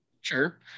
Sure